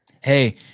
Hey